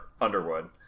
Underwood